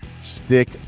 Stick